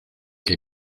que